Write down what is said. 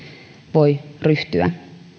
voi ryhtyä